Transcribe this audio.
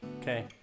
Okay